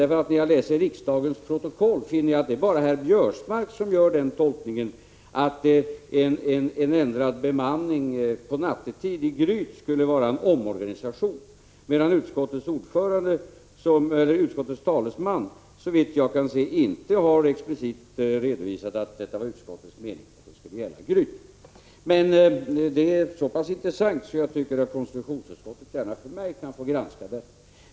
När jag läser riksdagens protokoll finner jag att det bara är herr Biörsmark som gör den tolkningen, att en ändrad bemanning nattetid i Gryt skulle vara en omorganisation, medan utskottets talesman såvitt jag kan se inte explicit har redovisat att det var utskottets mening att detta skulle gälla Gryt. Men det här är så pass intressant att konstitutionsutskottet gärna för mig kan få granska det.